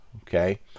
Okay